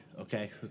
okay